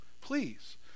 please